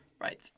Right